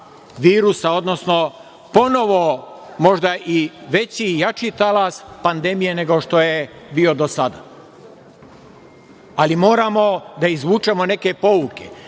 virusa, odnosno ponovo možda i veći i jači talas pandemije nego što je bio do sada. Ali, moramo da izvučemo neke pouke.